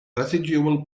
residual